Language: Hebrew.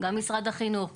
גם משרד החינוך,